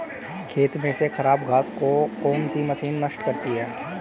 खेत में से खराब घास को कौन सी मशीन नष्ट करेगी?